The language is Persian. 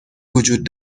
وجود